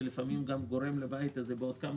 שלפעמים גם גורם לבית הזה בעוד כמה